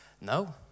no